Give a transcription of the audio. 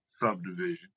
Subdivision